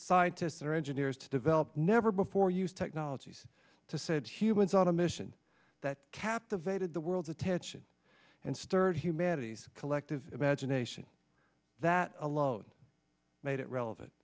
scientists and engineers to develop never before used technologies to said humans on a mission that captivated the world's attention and stirred humanity's collective imagination that alone made it relevant